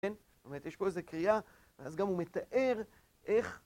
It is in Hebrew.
זאת אומרת, יש פה איזה קריאה ואז גם הוא מתאר איך.